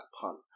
punt